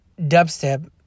dubstep